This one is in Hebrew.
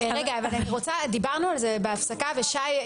דיברנו על זה בהפסקה ושי,